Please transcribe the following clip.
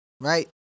right